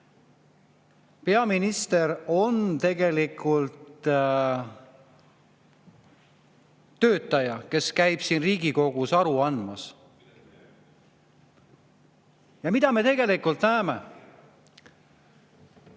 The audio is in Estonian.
peaminister on tegelikult töötaja, kes käib siin Riigikogus aru andmas. Ja mida me näeme?